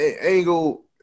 Angle